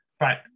right